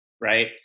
right